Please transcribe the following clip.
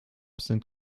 sind